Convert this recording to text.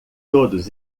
todos